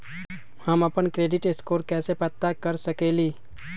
हम अपन credit score कैसे पता कर सकेली?